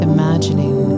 Imagining